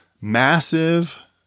massive